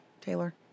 Taylor